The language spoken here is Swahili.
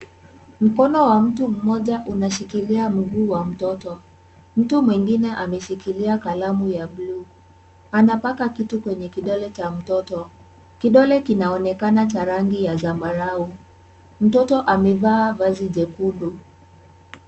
Mkono wa mtu mmoja unashikilia mguu wa mtoto. Mtu mwingine ameshikilia kalamu ya bluu anapaka kitu kwenye kidole cha mtoto. Kidole kinaonekana cha rangi ya zambarau. Mtoto amevaa vazi jekundu.